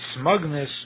smugness